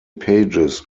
pages